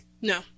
No